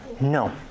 No